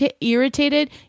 irritated